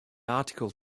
article